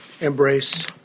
embrace